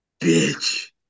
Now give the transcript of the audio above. bitch